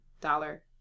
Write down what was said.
dollar